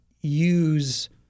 use